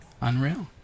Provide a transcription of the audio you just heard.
Unreal